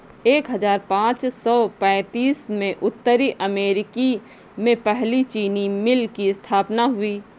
एक हजार पाँच सौ पैतीस में उत्तरी अमेरिकी में पहली चीनी मिल की स्थापना हुई